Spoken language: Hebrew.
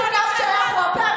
אפס